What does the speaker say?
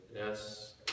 Yes